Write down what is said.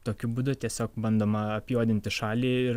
tokiu būdu tiesiog bandoma apjuodinti šalį ir